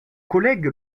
collègue